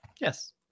Yes